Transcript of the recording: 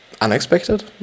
unexpected